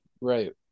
Right